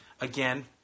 again